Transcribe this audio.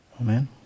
Amen